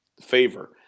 favor